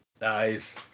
Nice